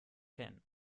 kennen